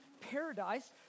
paradise